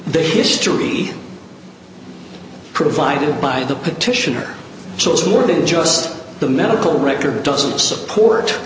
the history provided by the petitioner so it's more than just the medical record doesn't support